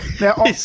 now